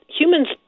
humans